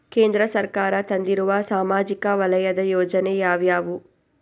ಕೇಂದ್ರ ಸರ್ಕಾರ ತಂದಿರುವ ಸಾಮಾಜಿಕ ವಲಯದ ಯೋಜನೆ ಯಾವ್ಯಾವು?